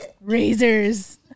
Razors